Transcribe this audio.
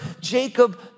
Jacob